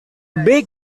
big